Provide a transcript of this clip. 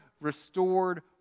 restored